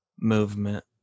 movement